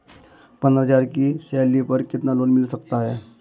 पंद्रह हज़ार की सैलरी पर कितना लोन मिल सकता है?